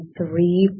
three